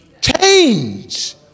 Change